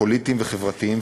פוליטיים וחברתיים,